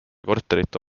korterite